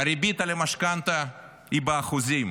הריבית על המשכנתא היא באחוזים,